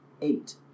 eight